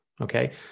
okay